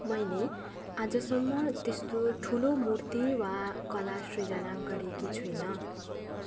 मैले आजसम्म त्यस्तो ठुलो मूर्ति वा कला सृजना गरेकी छुइनँ